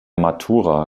matura